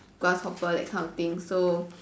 grasshopper that kind of thing so